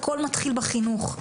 הכל מתחיל בחינוך.